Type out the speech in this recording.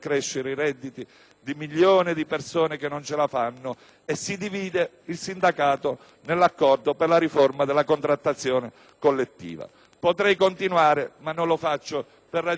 di milioni di persone che non ce la fanno e si divide il sindacato nell'accordo per la riforma della contrattazione collettiva. Potrei continuare, ma non lo faccio per ragioni di brevità.